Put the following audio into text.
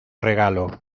regalo